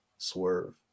swerve